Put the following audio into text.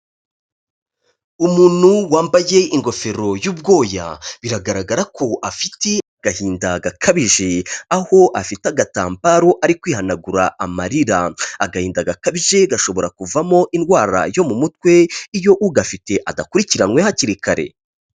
Umunu wambaye ingofero y'ubwoya, biragaragara ko afite agahinda gakabije, aho afite agatambaro ari kwihanagura amarira, agahinda gakabije gashobora kuvamo indwara yo mu mutwe, iyo ugafite adakurikiranywe hakiri kare.